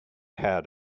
had